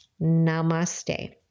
Namaste